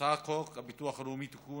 הבאה: הצעת חוק הביטוח הלאומי (תיקון,